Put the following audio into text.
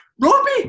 Robbie